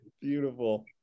Beautiful